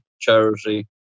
charity